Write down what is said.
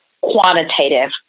quantitative